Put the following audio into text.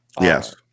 Yes